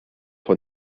von